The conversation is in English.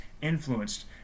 influenced